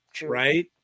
right